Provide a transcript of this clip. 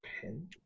Pen